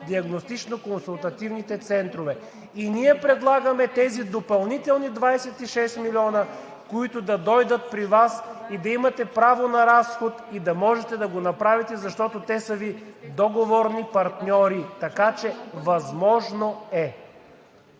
диагностично консултативните центрове. Ние предлагаме тези допълнителни 26 милиона, които да дойдат при Вас, и да имате право на разход и да можете да го направите, защото те са Ви договорни партньори, така че възможно е.